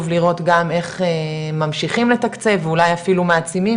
לראות גם איך ממשיכים לתקצב אולי אפילו מעצימים